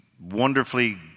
wonderfully